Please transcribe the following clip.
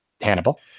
Hannibal